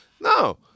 No